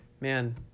man